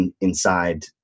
inside